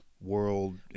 world